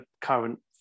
current